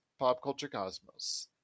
PopCultureCosmos